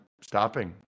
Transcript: stopping